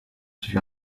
sich